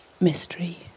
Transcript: mystery